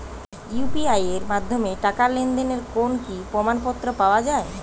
UPI এর মাধ্যমে টাকা লেনদেনের কোন কি প্রমাণপত্র পাওয়া য়ায়?